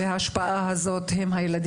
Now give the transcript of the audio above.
צריכות להתלוות גם תכנית